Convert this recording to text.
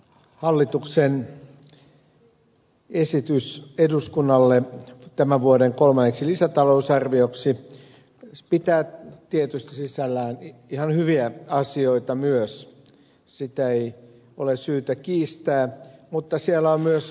hallituksen esitys eduskunnalle tämän vuoden kolmanneksi lisätalousarvioksi pitää tietysti sisällään ihan hyviä asioita myös sitä ei ole syytä kiistää mutta siellä on myös puutteita